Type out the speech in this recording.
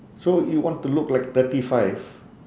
so you want to look like thirty five